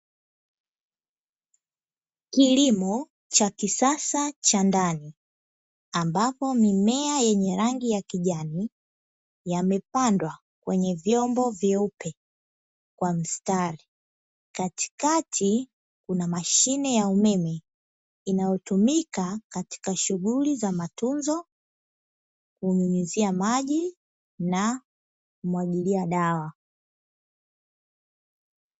Kilimo cha kisasa cha ndani ambapo mimea yenye rangi ya kijani yamepandwa kwenye vyombo vyeupe kwa mstari. Katikati kuna mashine ya umeme inayotumika katika shughuli za matunzo, kunyunyuzia maji na kumwagilia dawa.